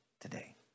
today